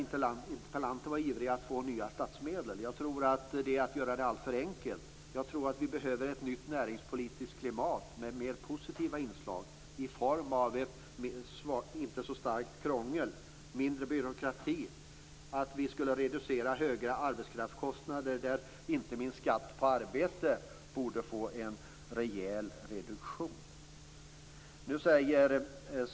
Interpellanten ivrade för att nya statsmedel skulle utbetalas. Jag menar att det är att göra saken alltför enkel. Jag tror att vi behöver ett nytt näringspolitiskt klimat med positiva inslag i form av mindre krångel och byråkrati och en reducering av höga arbetskraftskostnader. Inte minst borde skatten på arbete minskas rejält.